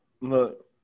look